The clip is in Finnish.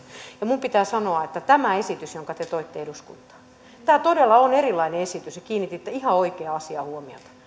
ja minun pitää sanoa että tämä esitys jonka te toitte eduskuntaan todella on erilainen esitys ja kiinnititte ihan oikeaan asiaan huomiota